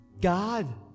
God